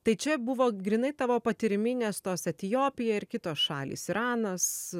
tai čia buvo grynai tavo patyriminės tos etiopija ir kitos šalys iranas